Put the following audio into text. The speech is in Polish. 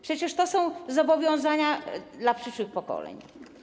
Przecież to są zobowiązania dla przyszłych pokoleń.